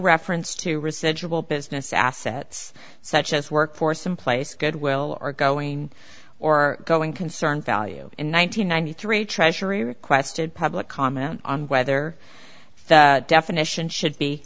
reference to residual business assets such as workforce in place goodwill or going or going concern value in one nine hundred ninety three treasury requested public comment on whether the definition should be